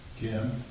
Jim